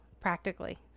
practically